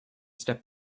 step